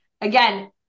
again